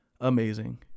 amazing